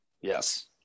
Yes